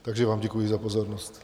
Takže vám děkuji za pozornost.